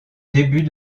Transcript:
début